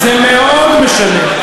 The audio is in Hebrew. זה מאוד משנה,